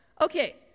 Okay